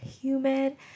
humid